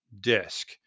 disk